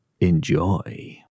enjoy